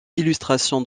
illustrations